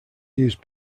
used